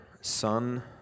son